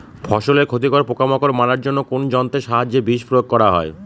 ফসলের ক্ষতিকর পোকামাকড় মারার জন্য কোন যন্ত্রের সাহায্যে বিষ প্রয়োগ করা হয়?